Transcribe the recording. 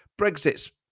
Brexit's